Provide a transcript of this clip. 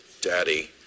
daddy